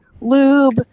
lube